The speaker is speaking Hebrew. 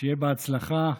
שיהיה בהצלחה.